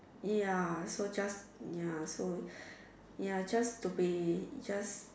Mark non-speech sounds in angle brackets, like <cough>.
ya so just ya so <breath> ya just to be just